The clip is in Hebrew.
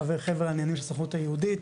חבר חבר הנאמנים של הסוכנות היהודית,